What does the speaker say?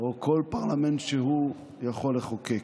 או כל פרלמנט שהוא יכולים לחוקק.